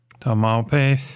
Tamalpais